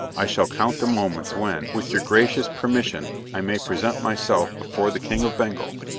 i shall count the moments when, with your gracious permission, i may present myself before the king of bengal,